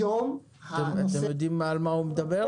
היום הנושא --- אתם יודעים על מה הוא מדבר?